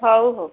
ହଉ ହଉ